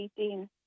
18